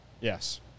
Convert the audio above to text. Yes